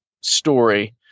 story